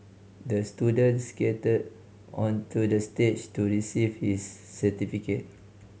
the student skated onto the stage to receive his certificate